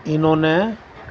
انہوں نے